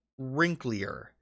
wrinklier